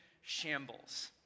shambles